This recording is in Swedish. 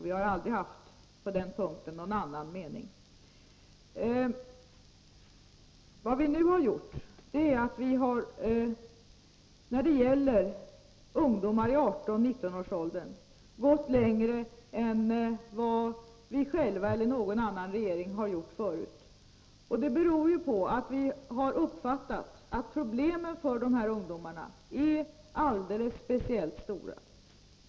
Vi har aldrig haft någon annan mening på den punkten. Vad vi nu har gjort är att vi när det gäller ungdomar i 18-19-årsåldern har gått längre än vad vi själva eller någon annan regering har gjort förut. Det beror på att vi har uppfattat att problemen för dessa ungdomar är alldeles speciellt stora.